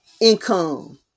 income